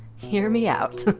hear me out.